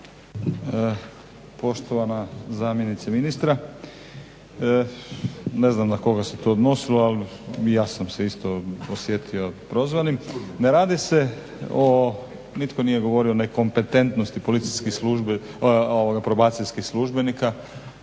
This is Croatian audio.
Poštovana zamjenice ministra ne znam na koga se to odnosilo, ali i ja sam se isto osjetio prozvanim, ne radi se o, nitko nije govorio o nekompetentnosti probacijskih službenika